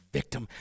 victim